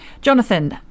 Jonathan